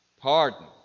pardon